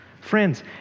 Friends